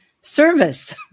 service